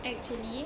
actually